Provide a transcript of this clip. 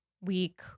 week